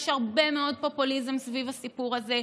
יש הרבה מאוד פופוליזם סביב הסיפור הזה.